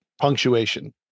punctuation